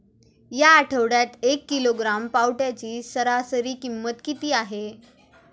या आठवड्यात एक किलोग्रॅम पावट्याची सरासरी किंमत किती आहे?